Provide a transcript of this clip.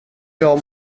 jag